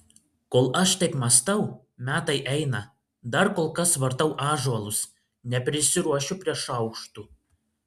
kol aš taip mąstau metai eina dar kol kas vartau ąžuolus neprisiruošiu prie šaukštų